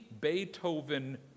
Beethoven